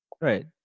Right